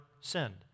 sinned